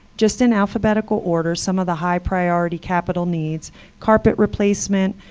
just in alphabetical order, some of the high priority capital needs carpet replacement,